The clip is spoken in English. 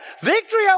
Victory